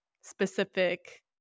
specific